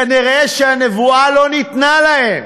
כנראה הנבואה לא ניתנה להם.